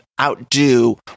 Outdo